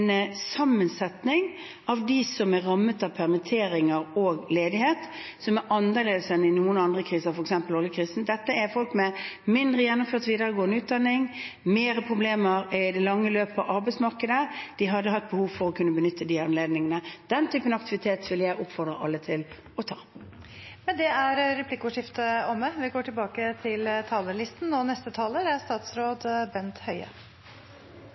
sammensetning av dem som er rammet av permitteringer og ledighet, som er annerledes enn i noen andre kriser, f.eks. oljekrisen. Dette er folk med mindre gjennomført videregående utdanning og mer problemer i det lange løp på arbeidsmarkedet. De hadde hatt behov for å kunne benytte anledningen til den typen aktivitet, og det vil jeg oppfordre alle til å gjøre. Replikkordskiftet er omme. Jeg vil også takke for en god debatt etter redegjørelsen i går. Det er